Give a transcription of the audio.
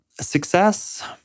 Success